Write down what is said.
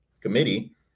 committee